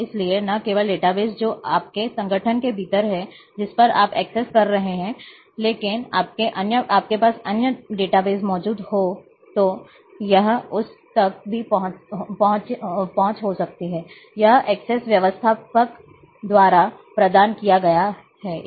इसलिए न केवल डेटाबेस जो आपके संगठन के भीतर है जिस पर आप एक्सेस कर रहे हैं लेकिन आपके पास अन्य डेटाबेस मौजूद हो तो यह उस तक भी पहुंच हो सकती है यदि यह एक्सेस व्यवस्थापक द्वारा प्रदान किया गया है तो